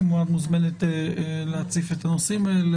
את כמובן מוזמנת להציף את הנושאים האלה,